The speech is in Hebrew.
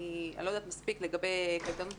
אני לא יודעת מספיק לגבי הקייטנות,